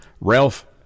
Ralph